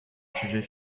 sujet